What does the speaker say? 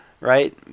Right